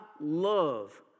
love